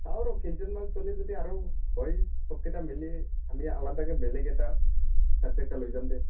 চাওঁ ৰ কেইজনমান চলি যদি আৰু হয় চবকেইটা মিলি আমি আলপিয়াকে বেলেগ এটা ছাৰ্ট এটা লৈ যাম দে